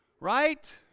Right